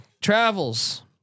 travels